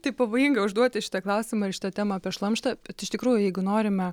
tai pavojinga užduoti šitą klausimą ir šitą temą apie šlamštą bet iš tikrųjų jeigu norime